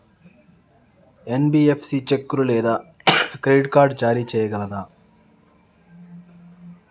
NBFC చెక్కులు లేదా credit card జారీ చేయగలదా?